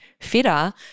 fitter